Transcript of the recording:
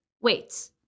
wait